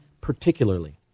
particularly